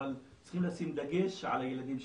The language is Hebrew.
אבל צריכים לשים דגש על הילדים שלנו,